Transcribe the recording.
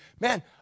Man